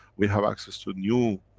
we have access to new.